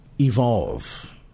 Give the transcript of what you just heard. evolve